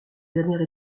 dernière